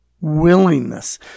willingness